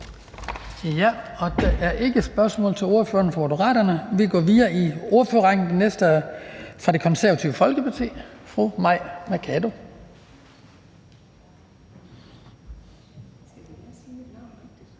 Der er ikke spørgsmål til ordføreren for Moderaterne. Vi går videre i ordførerrækken. Den næste er fra Det Konservative Folkeparti, fru Mai Mercado.